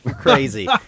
crazy